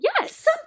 Yes